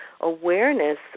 awareness